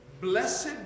Blessed